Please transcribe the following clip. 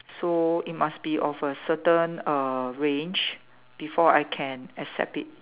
so it must be of a certain uh range before I can accept it